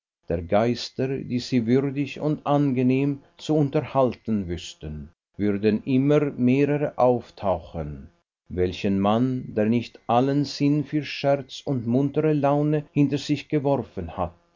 der geister die sie würdig und angenehm zu unterhalten wüßten würden immer mehrere auftauchen welchen mann der nicht allen sinn für scherz und muntere laune hinter sich geworfen hat